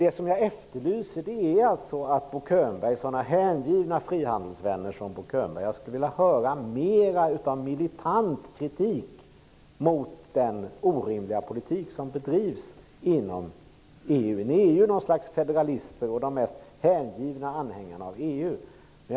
Men vad jag efterlyser är alltså mera av militant kritik från sådana hängivna frihandelsvänner som Bo Könberg mot den orimliga politik som bedrivs inom EU. De hängivna anhängarna av EU är något slags federatister.